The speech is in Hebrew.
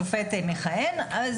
שופט מכהן,